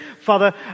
father